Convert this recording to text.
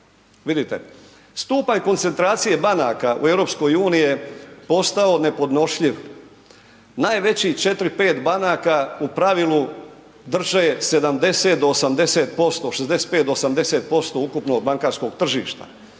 Visite, stupanj koncentracije banaka u EU-u je postao nepodnošljiv, najvećih 4, 5 banaka u pravilu drže 70 do 80%, 65 do 80% ukupnog bankarskog tržišta.